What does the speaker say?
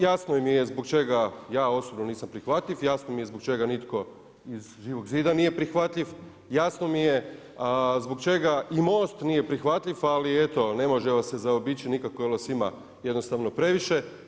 Jasno mi je zbog čega ja osobno nisam prihvatljiv, jasno mi je zbog čega nitko iz Živog zida nije prihvatljiv, jasno mi je zbog čega i MOST nije prihvatljiv ali eto, ne može vas se zaobići nikako jer vas ima jednostavno previše.